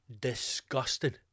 disgusting